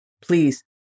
please